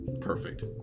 Perfect